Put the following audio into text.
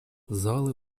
залы